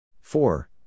four